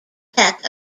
tech